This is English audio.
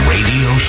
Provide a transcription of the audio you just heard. Radio